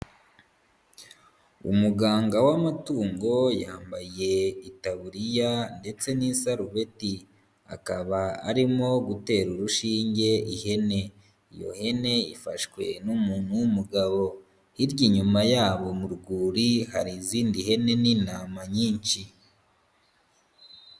Umuganga w'amatungo yambaye itaburiya ndetse n'isarubeti, akaba arimo gutera urushinge ihene, iyo hene ifashwe n'umuntu w'umugabo, hirya inyuma yabo mu rwuri hari izindi hene n'intama nyinshi.